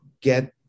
get